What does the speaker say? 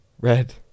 Red